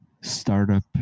startup